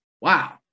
wow